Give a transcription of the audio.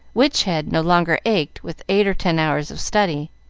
which head no longer ached with eight or ten hours of study.